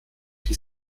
die